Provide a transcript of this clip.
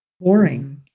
boring